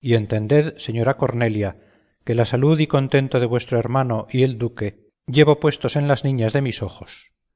y entended señora cornelia que la salud y contento de vuestro hermano y el del duque llevo puestos en las niñas de mis ojos